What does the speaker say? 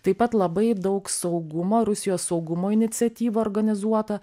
taip pat labai daug saugumo rusijos saugumo iniciatyva organizuota